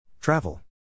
Travel